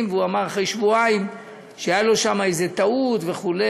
ואמר אחרי שבועיים שהייתה לו שם איזה טעות וכו',